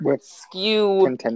skew